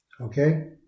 Okay